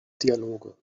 dialoge